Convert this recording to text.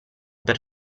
per